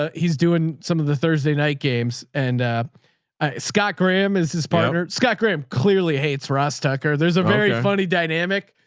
ah he's doing some of the thursday night games. and ah scott graham is his partner. scott graham clearly hates ross tucker. there's a very funny dynamic.